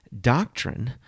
doctrine